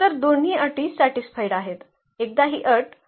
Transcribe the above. तर दोन्ही अटी सॅटीसफाईड आहेत